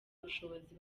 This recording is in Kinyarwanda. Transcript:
ubushobozi